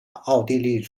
奥地利